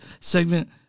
segment